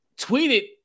tweeted